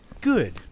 good